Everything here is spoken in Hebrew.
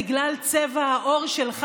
בגלל צבע העור שלך,